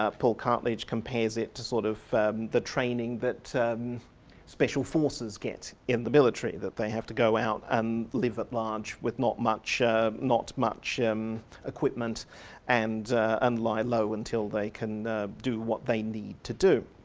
ah paul cartledge compares it to sort of the training that special forces get in the military, that they have to go out and live at large with not much not much um equipment and and lie low until they can do what they need to do.